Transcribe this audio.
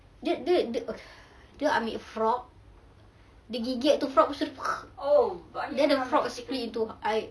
dia dia uh dia ambil frog dia gigit tu frog lepas tu dia then the frog split into I